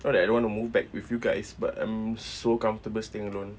not that I don't want to move back with you guys but I'm so comfortable staying alone